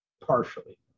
partially